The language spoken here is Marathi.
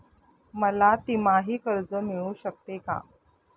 मला तिमाही कर्ज मिळू शकते का?